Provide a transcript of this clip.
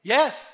Yes